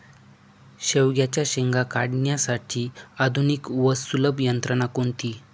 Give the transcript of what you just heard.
शेवग्याच्या शेंगा काढण्यासाठी आधुनिक व सुलभ यंत्रणा कोणती?